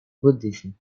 buddhism